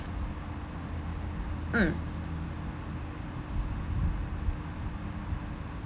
mm